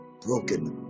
broken